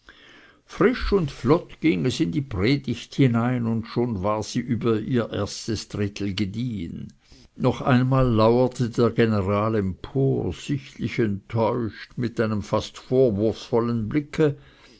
frisch und flott ging es in die predigt hinein und schon war sie über ihr erstes drittel gediehen noch einmal lauerte der general empor sichtlich enttäuscht mit einem fast vorwurfsvollen blicke